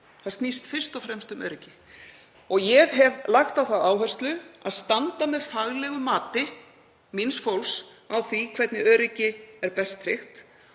Það snýst fyrst og fremst um öryggi. Ég hef lagt á það áherslu að standa með faglegu mati míns fólks á því hvernig öryggi er best tryggt